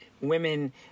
women